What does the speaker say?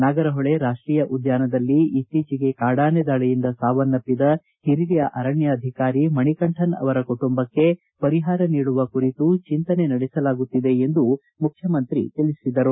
ನಾಗರಹೊಳೆ ರಾಷ್ಟೀಯ ಉದ್ಯಾನದಲ್ಲಿ ಇತ್ತೀಚಿಗೆ ಕಾಡಾನೆ ದಾಳಿಯಿಂದ ಸಾವನ್ನಪ್ಪಿದ ಹಿರಿಯ ಅರಣ್ಯಾಧಿಕಾರಿ ಮಣಿಕಂಠನ್ ಅವರ ಕುಟುಂಬಕ್ಕೆ ಪರಿಹಾರ ನೀಡುವ ಕುರಿತಂತೆ ಚಿಂತನೆ ನಡೆಸಲಾಗುತ್ತಿದೆ ಎಂದು ಮುಖ್ಯಮಂತ್ರಿ ತಿಳಿಸಿದರು